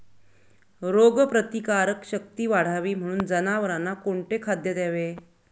रोगप्रतिकारक शक्ती वाढावी म्हणून जनावरांना कोणते खाद्य द्यावे?